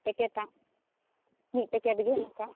ᱯᱮᱠᱮᱴᱟᱜ ᱢᱤᱫ ᱯᱮᱠᱮᱴ ᱜᱮ ᱱᱚᱝᱠᱟ